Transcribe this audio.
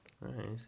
Right